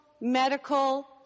medical